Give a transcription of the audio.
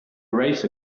raise